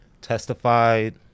testified